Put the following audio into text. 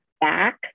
back